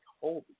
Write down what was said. holy